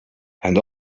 and